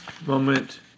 moment